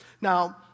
Now